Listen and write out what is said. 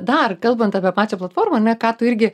dar kalbant apie pačią platformą ane ką tu irgi